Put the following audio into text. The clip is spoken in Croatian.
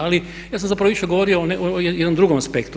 Ali ja sam zapravo više govorio o jednom drugom aspektu.